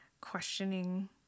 questioning